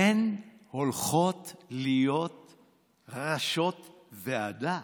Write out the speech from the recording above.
הן הולכות להיות ראשות ועדה.